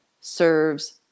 serves